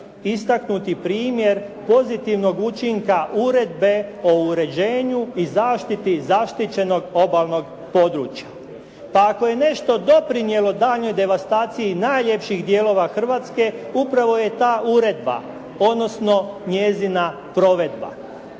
istaknuti primjer pozitivnog učinka uredbe po uređenju i zaštiti zaštićenog obalnog područja. Pa ako je nešto doprinijelo daljnjoj devastaciji najljepših dijelova Hrvatske, upravo je ta uredba, odnosno njezina provedba